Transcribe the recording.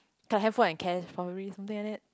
her handphone and cash probably something like that